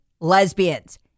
lesbians